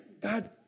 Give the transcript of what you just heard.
God